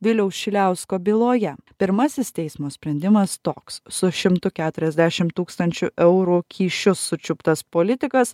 viliaus šiliausko byloje pirmasis teismo sprendimas toks su šimtu keturiasdešim tūkstančių eurų kyšiu sučiuptas politikas